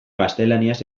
gaztelaniaz